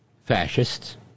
fascists